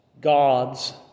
God's